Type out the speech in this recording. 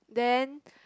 then